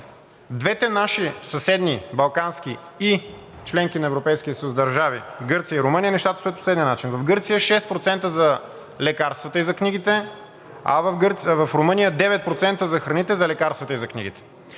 двете наши съседни балкански и членки на Европейския съюз държави – Гърция и Румъния, нещата стоят по следния начин: в Гърция – 6% за лекарствата и за книгите, а в Румъния – 9% за храните, за лекарствата и за книгите.